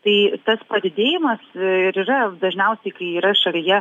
tai tas padidėjimas ir yra dažniausiai kai yra šalyje